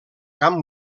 camp